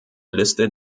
liste